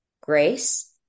grace